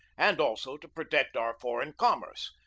and also to protect our foreign commerce,